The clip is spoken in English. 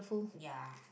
ya